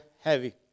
heavy